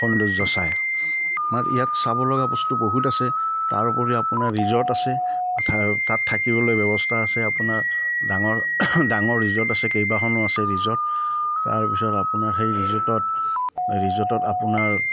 সৌন্দৰ্য চাই আমাৰ ইয়াত চাব লগা বস্তু বহুত আছে তাৰোপৰি আপোনাৰ ৰিজৰ্ট আছে তাত থাকিবলৈ ব্যৱস্থা আছে আপোনাৰ ডাঙৰ ডাঙৰ ৰিজৰ্ট আছে কেইবাখনো আছে ৰিজৰ্ট তাৰপিছত আপোনাৰ সেই ৰিজৰ্টত ৰিজৰ্টত আপোনাৰ